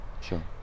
sure